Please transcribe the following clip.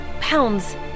Pounds